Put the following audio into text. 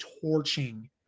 torching